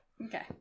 Okay